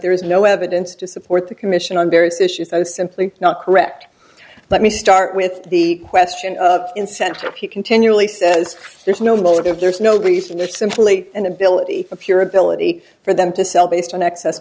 there is no evidence to support the commission on various issues so simply not correct let me start with the question of incentive he continually says there's no motive there's no beast and it's simply an ability for pure ability for them to sell based on